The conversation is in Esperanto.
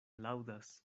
laŭdas